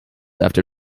after